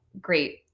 great